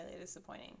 disappointing